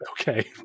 Okay